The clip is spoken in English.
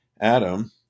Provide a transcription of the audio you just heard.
Adam